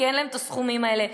כי אין להם הסכומים האלה,